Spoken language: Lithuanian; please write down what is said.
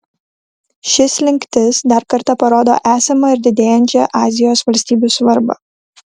ši slinktis dar kartą parodo esamą ir didėjančią azijos valstybių svarbą